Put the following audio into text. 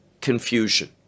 confusion